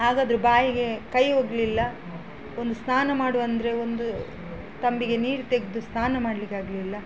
ಹಾಗಾದ್ರು ಬಾಯಿಗೆ ಕೈ ಹೋಗ್ಲಿಲ್ಲ ಒಂದು ಸ್ನಾನ ಮಾಡುವಂದರೆ ಒಂದು ತಂಬಿಗೆ ನೀರು ತೆಗೆದು ಸ್ನಾನ ಮಾಡಲಿಕಾಗ್ಲಿಲ್ಲ